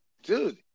dude